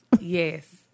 Yes